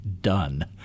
done